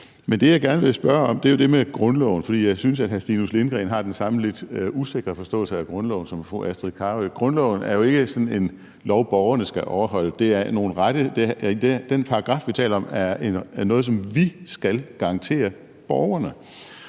Men det, jeg gerne vil spørge om, er jo det med grundloven, for jeg synes, at hr. Stinus Lindgreen har den samme lidt usikre forståelse af grundloven som fru Astrid Carøe. Grundloven er jo ikke sådan en lov, som borgerne skal overholde. Den paragraf, som vi taler om, er noget, som vi skal garantere borgerne,